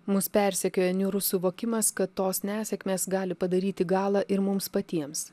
mus persekioja niūrus suvokimas kad tos nesėkmės gali padaryti galą ir mums patiems